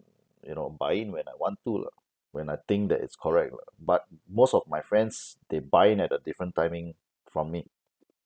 you know buy in when I want to lah when I think that it's correct lah but most of my friends they buy in at a different timing from me